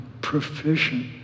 proficient